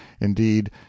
indeed